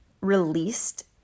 released